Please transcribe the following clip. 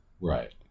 Right